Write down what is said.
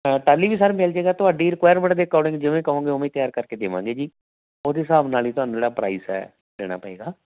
ਟਾਲੀ ਵੀ ਸਰ ਮਿਲ ਜੇਗਾ ਤੁਹਾਡੀ ਰਿਕਐਰਮੈਂਟ ਦੇ ਅਕੋਰਡਿੰਗ ਜਿਵੇਂ ਕਹੋਂਗੇ ਉਵੇਂ ਹੀ ਤਿਆਰ ਕਰਕੇ ਦੇਵਾਂਗੇ ਜੀ ਉਹਦੇ ਹਿਸਾਬ ਨਾਲ ਹੀ ਤੁਹਾਨੂੰ ਜਿਹੜਾ ਪ੍ਰਾਈਸ ਹੈ ਦੇਣਾ ਪਵੇਗਾ